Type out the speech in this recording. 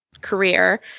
career